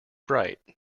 bright